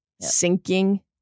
sinking